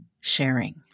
sharing